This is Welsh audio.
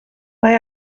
mae